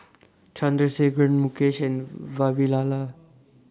Chandrasekaran Mukesh and Vavilala